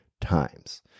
times